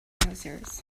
browsers